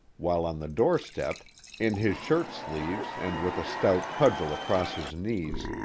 while on the doorstep in his shirt sleeves and with a stout cudgel across his knees,